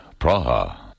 Praha